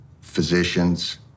physicians